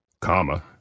comma